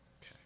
Okay